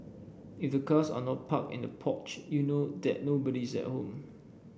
if the cars are not parked in the porch you know that nobody's at home